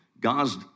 God's